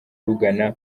rugana